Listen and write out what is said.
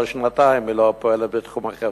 אבל שנתיים היא לא פועלת בתחום החברתי.